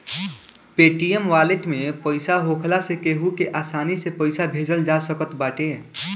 Paytm wallet में पईसा होखला से केहू के आसानी से पईसा भेजल जा सकत बाटे